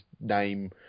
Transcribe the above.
name